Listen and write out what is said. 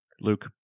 Luke